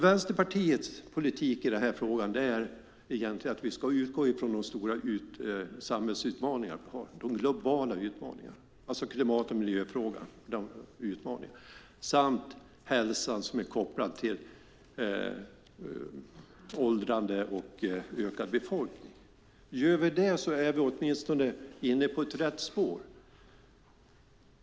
Vänsterpartiets politik i den här frågan är egentligen att vi ska utgå från de stora samhällsutmaningar vi har, de globala utmaningarna, alltså klimat och miljöfrågan, samt hälsan, som är kopplad till åldrande och ökad befolkning. Gör vi det är vi åtminstone inne på rätt spår.